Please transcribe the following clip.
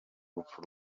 rupfu